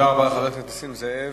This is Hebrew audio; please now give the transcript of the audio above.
תודה רבה לחבר הכנסת נסים זאב.